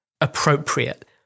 appropriate